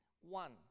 One